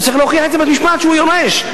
הוא צריך להוכיח בבית-המשפט שהוא יורש,